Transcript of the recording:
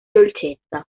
dolcezza